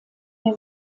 der